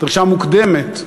דרישה מוקדמת,